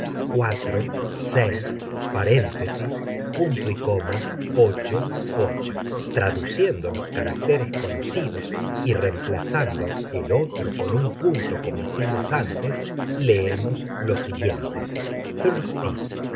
combinación traduciendo los caracteres conocidos y reemplazando el otro con un punto como hicimos antes leemos lo siguiente